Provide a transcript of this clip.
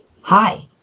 Hi